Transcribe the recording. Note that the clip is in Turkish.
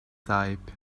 sahip